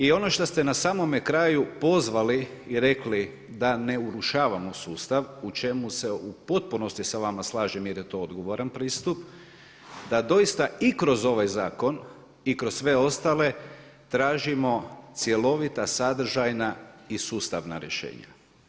I ono što ste na samome kraju pozvali i rekli da ne urušavamo sustav u čemu se u potpunosti sa vama slažem jer je to odgovoran pristup, da doista i kroz ovaj zakon i kroz sve ostale tražimo cjelovita, sadržajna i sustavna rješenja.